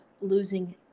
losing